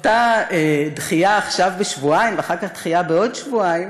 אותה דחייה, עכשיו בשבועיים ואחר כך בעוד שבועיים,